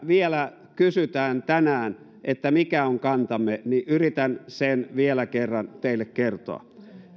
vielä tänään kysytään mikä on kantamme niin yritän sen vielä kerran teille kertoa